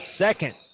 second